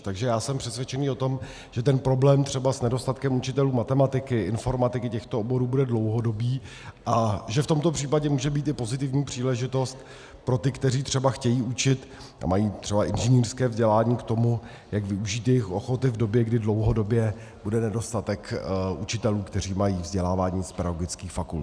Takže já jsem přesvědčen o tom, že ten problém třeba s nedostatkem učitelů matematiky, informatiky, těchto oborů, bude dlouhodobý a že v tomto případě může být i pozitivní příležitost pro ty, kteří třeba chtějí učit a mají třeba inženýrské vzdělání, k tomu, jak využít jejich ochoty v době, kdy dlouhodobě bude nedostatek učitelů, kteří mají vzdělání z pedagogických fakult.